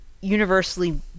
universally